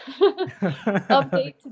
Update